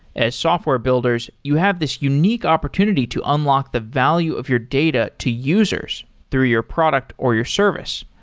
as software builders, you have this unique opportunity to unlock the value of your data to users through your product or your service.